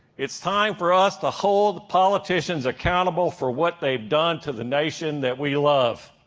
it's time for us to hold politicians accountable for what they've done to the nation that we love,